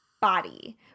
body